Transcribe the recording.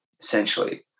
essentially